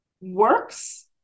works